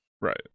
right